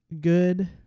good